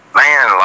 man